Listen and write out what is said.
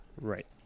Right